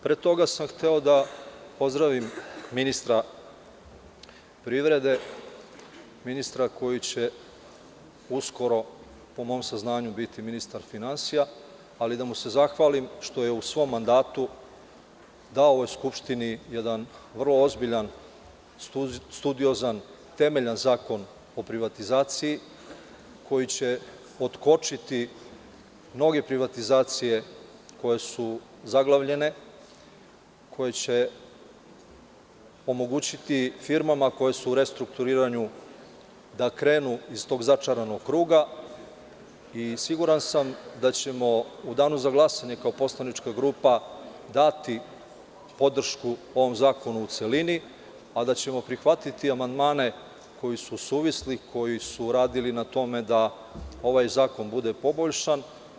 Pre toga sam hteo da pozdravim ministra privrede, ministra koji će uskoro, po mom saznanju biti ministar finansija, ali da mu se zahvalimo što je u svom mandatu dao ovoj skupštini jedan vrlo ozbiljan studiozan, temeljan Zakon o privatizaciji koji će otkočiti mnoge privatizacije koje su zaglavljene, koje će omogućiti firmama koje su u restrukturiranju da krenu iz tog začaranog kruga i siguran sam da ćemo u danu za glasanje, kao poslanička grupa dati podršku ovom zakonu u celini, a da ćemo prihvatiti amandmane koji su suvisli, koji su uradili na tome da ovaj zakon bude poboljšan.